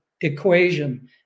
equation